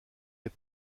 des